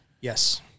Yes